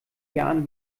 jahren